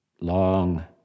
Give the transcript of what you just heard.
long